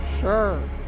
sure